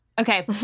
Okay